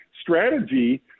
strategy